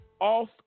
off